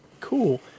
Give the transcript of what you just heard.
Cool